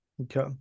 Okay